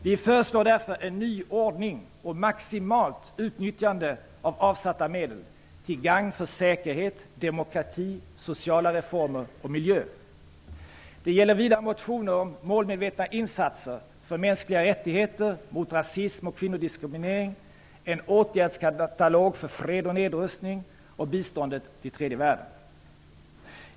Vi föreslår därför en ny ordning och ett maximalt utnyttjande av avsatta medel till gagn för säkerhet, demokrati, sociala reformer och miljö. Det gäller vidare motioner om målmedvetna insatser för mänskliga rättigheter, åtgärder mot rasism och kvinnodiskriminering, en åtgärdskatalog för fred och nedrustning och biståndet till tredje världen.